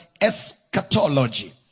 eschatology